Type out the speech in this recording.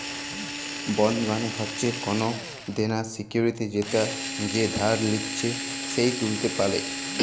bond মালে হচ্যে কল দেলার সিকুইরিটি যেটা যে ধার লিচ্ছে সে ত্যুলতে পারে